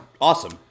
awesome